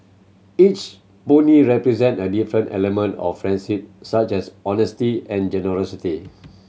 each pony represent a different element of friendship such as honesty and generosity